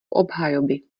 obhajoby